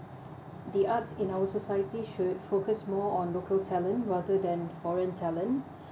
the arts in our society should focus more on local talent rather than foreign talent